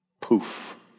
poof